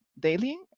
Daily